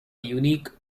unique